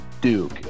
Duke